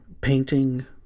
painting